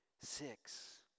Six